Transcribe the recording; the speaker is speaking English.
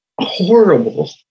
horrible